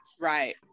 Right